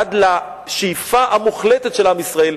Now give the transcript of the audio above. עד לשאיפה המוחלטת של עם ישראל,